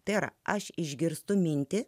per aš išgirstu mintį